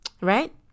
Right